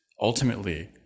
Ultimately